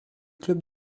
clubs